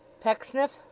Pecksniff